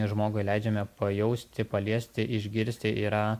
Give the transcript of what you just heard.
žmogui leidžiame pajausti paliesti išgirsti yra